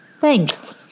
Thanks